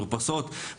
מרפסות,